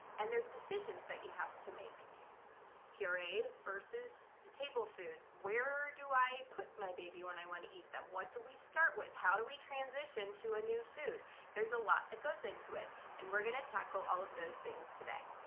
and there's decisions that you have to make purees vs. table foods, where do i put my baby when i want to eat them, what do we start with, how do we transition to a new food there's a lot that goes into it and we're gonna tackle all of those things today.